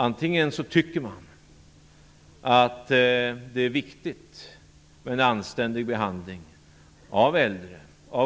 Antingen tycker man att det är viktigt med en anständig behandling av äldre,